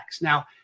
Now